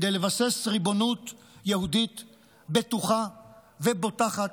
כדי לבסס ריבונות יהודית בטוחה ובוטחת,